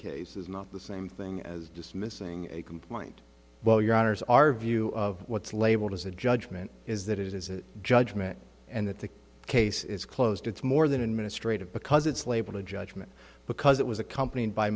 case is not the same thing as dismissing a complaint while your honor's our view of what's labeled as a judgment is that it is a judgment and that the case is closed it's more than administrative because it's labeled a judgment because it was accompan